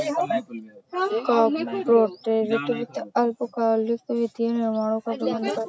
corporate वित्त अल्पकालिक वित्तीय निर्णयों का प्रबंधन करता है